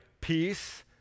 peace